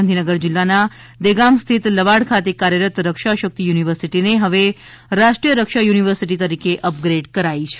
ગાંધીનગર જિલ્લાના દહેગામ સ્થિત લવાડ ખાતે કાર્યરત રક્ષા શક્તિ યુનિવર્સિટીને હવે રાષ્ટ્રીય રક્ષા યુનિવર્સિટી તરીકે અપગ્રેડ કરાઈ છે